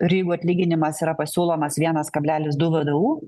ir jeigu atlyginimas yra pasiūlomas vienas kablelis du vdu